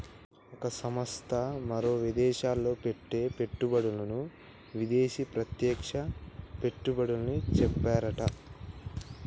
ఒక సంస్థ మరో విదేశంలో పెట్టే పెట్టుబడులను విదేశీ ప్రత్యక్ష పెట్టుబడులని చెప్తారట